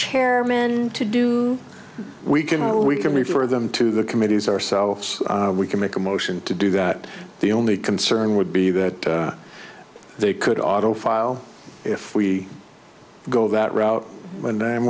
chairman to do we can all we can refer them to the committees ourselves we can make a motion to do that the only concern would be that they could auto file if we go that route and i